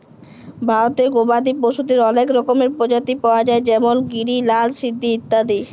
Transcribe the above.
ভারতে গবাদি পশুদের অলেক রকমের প্রজাতি পায়া যায় যেমল গিরি, লাল সিন্ধি ইত্যাদি